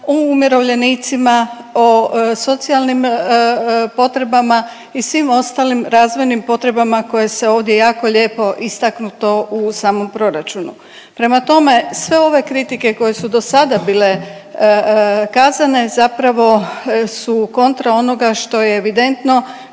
o umirovljenicima, o socijalnim potrebama i svim ostalim razvojnim potrebama koje se ovdje jako lijepo istaknuto u samom proračunu. Prema tome, sve ove kritike koje su do sada bile kazane zapravo su kontra onoga što je evidentno